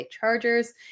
Chargers